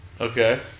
Okay